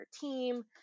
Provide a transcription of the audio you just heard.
team